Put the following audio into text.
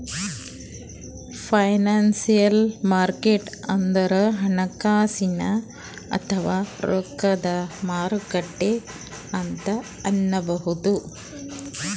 financial market ಅಂದ್ರ ಹಣಕಾಸಿನ್ ಅಥವಾ ರೊಕ್ಕದ್ ಮಾರುಕಟ್ಟೆ ಅಂತ್ ಅನ್ಬಹುದ್